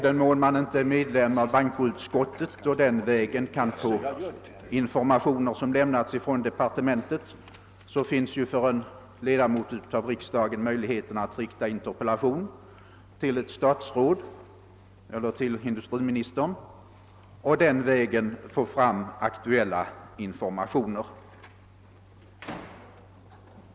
Om man inte är medlem av bankoutskottet och den vägen kan få informationer som lämnas från departementet, finns ju för en ledamot av riksdagen möjlighet att rikta interpellation till industriministern för att på den vägen få aktuella informationer.